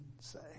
say